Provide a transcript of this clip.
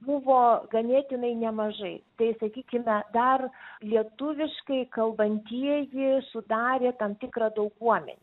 buvo ganėtinai nemažai tai sakykime dar lietuviškai kalbantieji sudarė tam tikrą dauguomenę